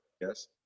yes